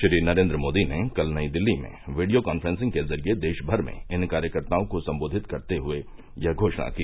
श्री नरेन्द्र मोदी ने कल नई दिल्ली में वीडियो कांफ्रेंसिंग के जरिए देशमर में इन कार्यकर्ताओं को संबोधित कस्ते यह घोषणा की